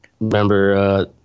remember